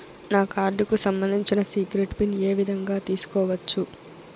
నా కార్డుకు సంబంధించిన సీక్రెట్ పిన్ ఏ విధంగా తీసుకోవచ్చు?